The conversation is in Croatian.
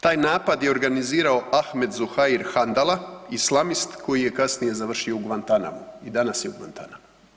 Taj napad je organizirao Ahmed Zuhair Handala, islamist koji je kasnije završio u Guantanamu i danas je u Guantanamu.